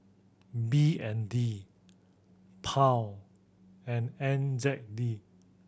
B N D Pound and N Z D